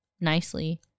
nicely